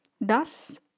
Thus